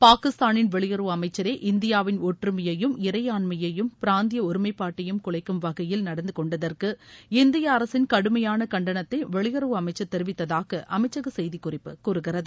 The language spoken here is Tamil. பாகிஸ்தானின் வெளியுறவு அமைச்சரே இந்தியாவின் ஒற்றுமையையும் இறையாண்மையையும் பிராந்திய ஒருமைப்பாட்டையும் குலைக்கும் வகையில் நடந்து கொண்டதற்கு இந்திய அரசின் கடுமையான கண்டனத்தை வெளியுறவு அமைச்சர் தெரிவித்ததாக அமைச்சக செய்தி குறிப்பு கூறுகிறது